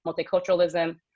multiculturalism